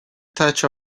touch